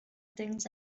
things